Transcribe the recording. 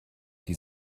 die